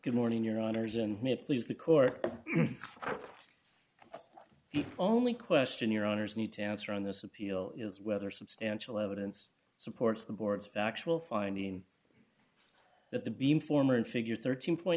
good morning your honour's and me please the core of the only question your owners need to answer on this appeal is whether substantial evidence supports the board's actual finding that the beam former and figure thirteen point